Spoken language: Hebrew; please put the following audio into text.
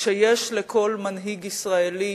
שיש לכל מנהיג ישראלי